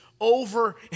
over